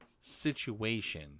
situation